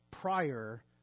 Prior